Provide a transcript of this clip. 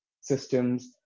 systems